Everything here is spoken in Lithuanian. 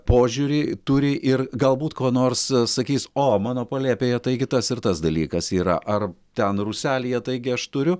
požiūrį turi ir galbūt kuo nors sakys o mano palėpėje taigi tas ir tas dalykas yra ar ten rūselyje taigi aš turiu